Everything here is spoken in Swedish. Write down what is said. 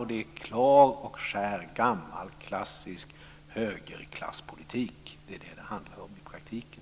Det är klar och skär, gammal klassisk högerklasspolitik. Det är det som det handlar om i praktiken.